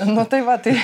nu tai va tai